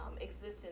existence